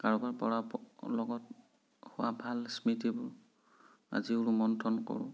কাৰোবাৰ পৰা লগত হোৱা ভাল স্মৃতিবোৰ আজিও ৰোমন্থন কৰোঁ